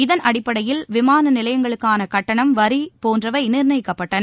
இதன் அடிப்படையில் விமான நிலையங்களுக்கான கட்டணம் வரி போன்றவை நிர்ணயிக்கப்பட்டன